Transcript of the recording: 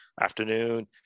afternoon